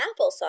applesauce